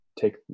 take